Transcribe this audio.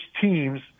teams